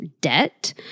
debt